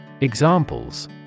Examples